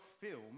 film